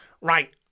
Right